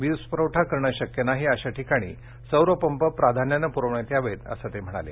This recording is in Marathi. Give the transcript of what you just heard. वीज पुरवठा करणे शक्य नाही अशा ठिकाणी सौरपंप प्राधान्याने प्रविण्यात यावेत असं ते म्हणाले